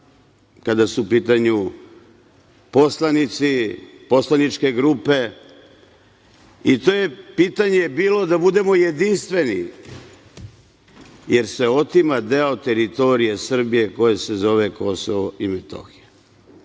kada su u pitanju poslanici, poslaničke grupe, i to je pitanje bilo da budemo jedinstveni, jer se otima deo teritorije Srbije koje se zove Kosovo i Metohija,